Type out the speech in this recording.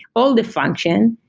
all the function,